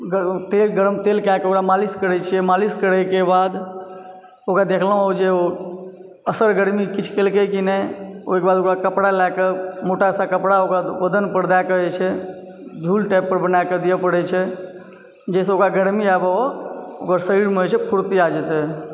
तेल गरम तेल कएके ओकरा मालिश करय छियै मालिश करयके बाद ओकरा देखलहुँ जे ओ असर गरमी किछु केलकय कि नहि ओहिके बाद ओकरा कपड़ा लयके मोटासा कपड़ा ओकरा बदन पर दयके जे छै झूल टाइपके बनाके दिअ पड़ैत छै जाहिसँ ओकरा गरमी आबय ओ ओकर शरीरमे जे छै फूर्ति आबि जेतय